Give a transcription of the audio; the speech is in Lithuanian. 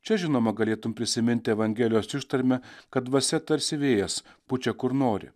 čia žinoma galėtum prisiminti evangelijos ištarmę kad dvasia tarsi vėjas pučia kur nori